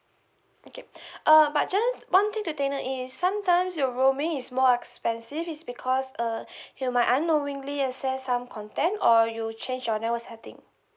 okay uh but just one thing to take note is sometimes your roaming is more expensive is because uh you might unknowingly assess some content or you change your network setting